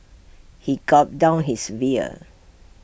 he gulped down his beer